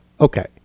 okay